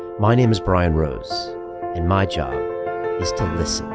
my name's brian rose and my job is to listen,